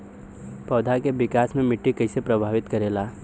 पौधा के विकास मे मिट्टी कइसे प्रभावित करेला?